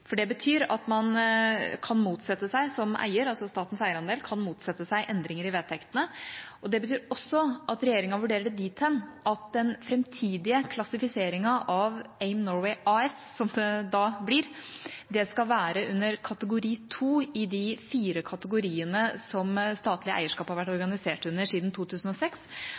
eierandel. Det betyr at man som eier – altså statens eierandel – kan motsette seg endringer i vedtektene. Det betyr også at regjeringa vurderer det dit hen at den framtidige klassifiseringen av AIM Norway AS, som det da blir, skal være under kategori 2 av de fire kategoriene som statlig eierskap har vært organisert under siden 2006.